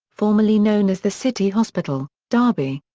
formerly known as the city hospital, derby.